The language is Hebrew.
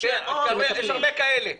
יש הרבה כאלה.